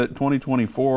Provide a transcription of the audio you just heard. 2024